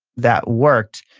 that worked,